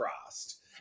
crossed